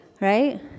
Right